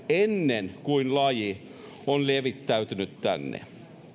ennen kuin laji on levittäytynyt tänne